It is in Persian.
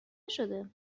نشده